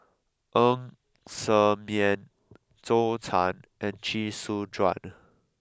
En Ser Miang Zhou Can and Chee Su Juan